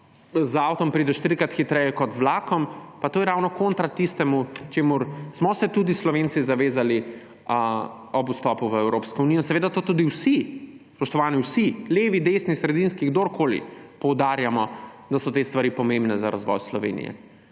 z avtom prideš trikrat hitreje kot z vlakom … Pa to je ravno kontra tistemu, čemur smo se tudi Slovenci zavezali ob vstopu v Evropsko unijo. In to vsi, spoštovani! Vsi: levi, desni, sredinski, kdorkoli poudarjamo, da so te stvari pomembne za razvoj Slovenije.